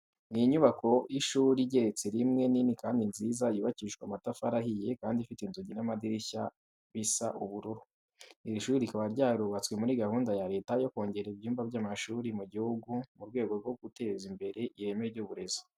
Ni inyubako y'ishuri igeretse rimwe, nini kandi nziza, yubakishijwe amatafari ahiye kandi ifite inzugi n'amadirishya bisa ubururu. Iri shuri rikaba ryarubatswe muri gahunda ya Leta yo kongera ibyumba by'amashuri mu gihugu mu rwego rwo guteza imbere ireme ry'uburezi.